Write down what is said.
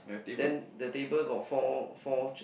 then the table got four four ch~